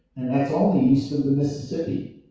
and that's only east of the mississippi.